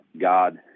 God